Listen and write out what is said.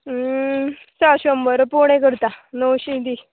चल शंबर रुपये उणें करता णवशीं दी